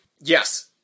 Yes